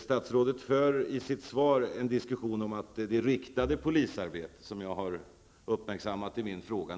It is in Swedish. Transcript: Statsrådet för i sitt svar en diskussion om det riktade polisarbetet, som jag har uppmärksammat i min fråga.